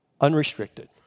unrestricted